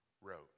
wrote